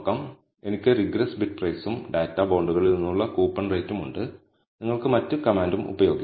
അതിനാൽ എനിക്ക് regress bid പ്രൈസും ഡാറ്റാ ബോണ്ടുകളിൽ നിന്നുള്ള കൂപ്പൺ നിരക്കും ഉണ്ട് നിങ്ങൾക്ക് മറ്റ് കമാൻഡും ഉപയോഗിക്കാം